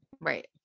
Right